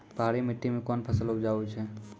पहाड़ी मिट्टी मैं कौन फसल उपजाऊ छ?